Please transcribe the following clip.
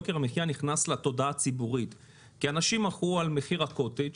נכנס לתודעה הציבורית כי אנשים מחו על מחיר הקוטג',